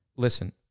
Listen